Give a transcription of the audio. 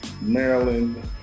maryland